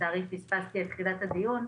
לצערי פספסתי את תחילת הדיון.